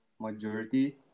majority